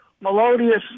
melodious